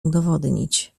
udowodnić